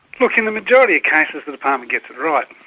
look, in the majority of cases the department gets it right.